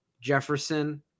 Jefferson